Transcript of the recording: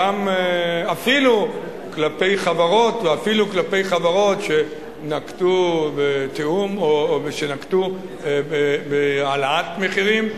אפילו כלפי חברות ואפילו כלפי חברות שאולי נקטו תיאום או העלאת מחירים.